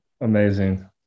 Amazing